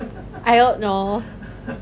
I don't know